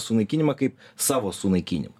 sunaikinimą kaip savo sunaikinimą